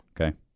Okay